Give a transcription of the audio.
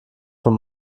von